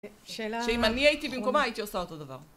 שאם אני הייתי במקומה הייתי עושה אותו דבר.